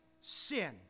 sin